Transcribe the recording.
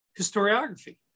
historiography